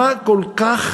מה כל כך